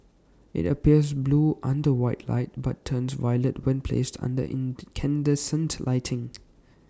IT appears blue under white light but turns violet when placed under incandescent lighting